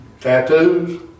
Tattoos